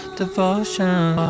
devotion